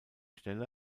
stelle